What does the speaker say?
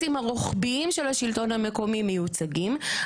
הרוחביים של השלטון המקומי מיוצגים,